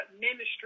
ministry